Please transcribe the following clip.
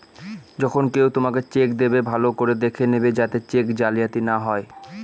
যখন কেউ তোমাকে চেক দেবে, ভালো করে দেখে নেবে যাতে চেক জালিয়াতি না হয়